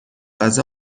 غذا